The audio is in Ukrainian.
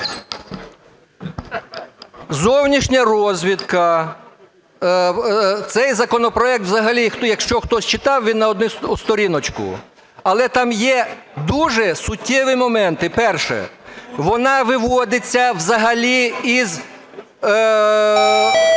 Зовнішня розвідка. Цей законопроект взагалі, якщо хтось читав, він на одну сторіночку, але там є дуже суттєві моменти. Перше. Вона виводиться взагалі з-під